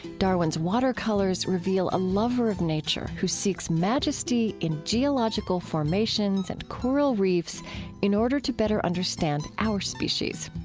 darwin's watercolors reveal a lover of nature, who seeks majesty in geological formations and coral reefs in order to better understand our species.